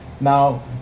Now